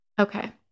Okay